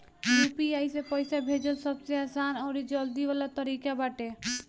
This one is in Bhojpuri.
यू.पी.आई से पईसा भेजल सबसे आसान अउरी जल्दी वाला तरीका बाटे